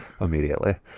immediately